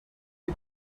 die